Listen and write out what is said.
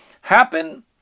happen